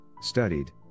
studied